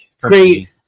great